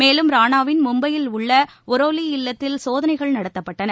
மேலும் ரானாவின் மும்பையில் உள்ள வொரேலி இல்லத்தில் சோதனைகள் நடத்தப்பட்டன